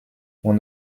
mon